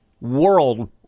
world—